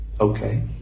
Okay